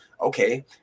okay